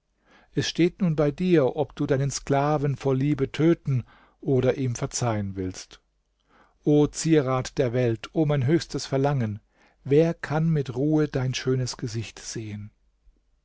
es steht nun bei dir ob du deinen sklaven vor liebe töten oder ihm verzeihen willst o zierat der welt o mein höchstes verlangen wer kann mit ruhe dein schönes gesicht sehen